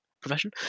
profession